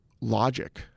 logic